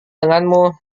denganmu